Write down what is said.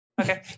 okay